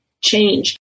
change